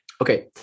Okay